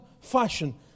fashion